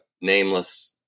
nameless